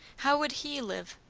how would he live?